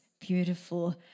beautiful